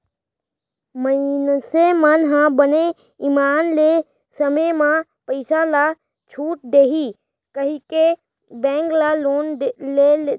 मइनसे मन ह बने ईमान ले समे म पइसा ल छूट देही कहिके बेंक ह लोन ल देथे